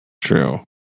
True